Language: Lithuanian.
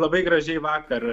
labai gražiai vakar